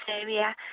area